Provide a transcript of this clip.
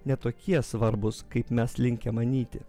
ne tokie svarbūs kaip mes linkę manyti